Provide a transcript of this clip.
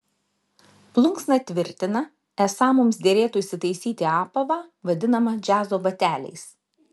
plunksna tvirtina esą mums derėtų įsitaisyti apavą vadinamą džiazo bateliais